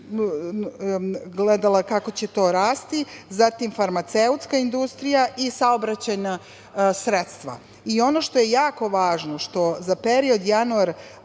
gledala kako će to rasti, zatim farmaceutska industrija i saobraćajna sredstva. Ono što je jako važno, jeste što je za